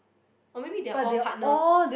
or maybe they are all partners